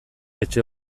etxe